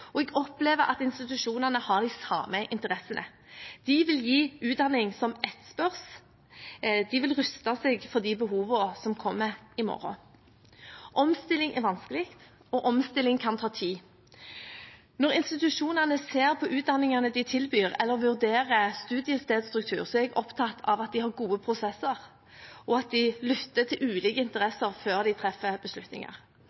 Jeg opplever at institusjonene har de samme interessene. De vil gi utdanning som etterspørres, de vil ruste seg for de behovene som kommer i morgen. Omstilling er vanskelig, og omstilling kan ta tid. Når institusjonene ser på utdanningene de tilbyr, eller vurderer studiestedsstruktur, er jeg opptatt av at de har gode prosesser, og at de lytter til ulike